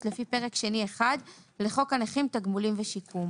לפי פרק שני1 לחוק הנכים (תגמולים ושיקום),